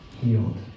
healed